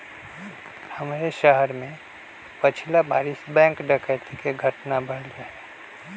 हमरे शहर में पछिला बरिस बैंक डकैती कें घटना भेलइ